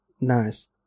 Nice